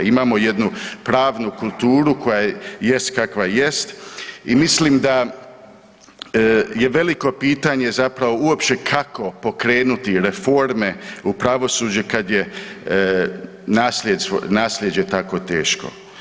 Imamo jednu pravnu kulturu koja jest kakva jest i mislim da je veliko pitanje zapravo uopće kako pokrenuti reforme u pravosuđe kad je nasljeđe tako teško.